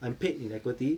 I'm paid in equity